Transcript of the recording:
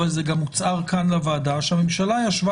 אבל זה גם הוצהר כן לוועדה שהממשלה ישבה